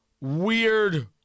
Weird